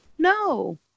No